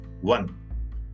One